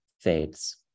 fades